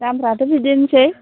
दामफ्राथ' बिदिनोसै